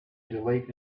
delete